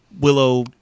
willow